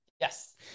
yes